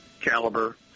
caliber